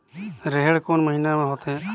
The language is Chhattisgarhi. रेहेण कोन महीना म होथे?